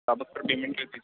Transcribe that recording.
आप उस पर पेमेंट कर दीजिए